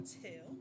two